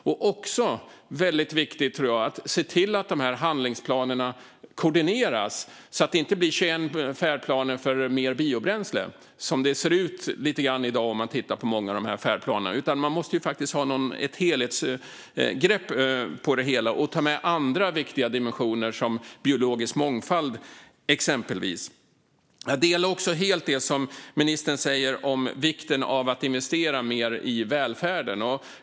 Jag tror att det också är viktigt att se till att handlingsplanerna koordineras, så att det inte blir 21 färdplaner för mer biobränsle, vilket det ser ut lite som i dag i många av färdplanerna. Man måste ta ett helhetsgrepp och ta med andra viktiga dimensioner, exempelvis biologisk mångfald. Jag instämmer helt i det ministern säger om vikten av att investera mer i välfärden.